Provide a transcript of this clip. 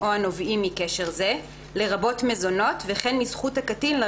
הורה שהורשע בביצוע עבירת רצח או בביצוע עבירת